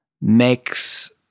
makes